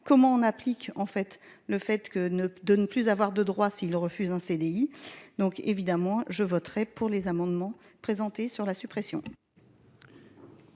comment on applique en fait le fait que ne de ne plus avoir de droits, s'il refuse un CDI, donc évidemment, je voterai pour les amendements présentés sur la suppression.